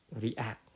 react